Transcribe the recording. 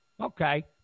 Okay